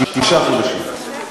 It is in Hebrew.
תשעה חודשים.